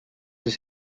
ist